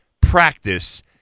practice